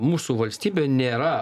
mūsų valstybė nėra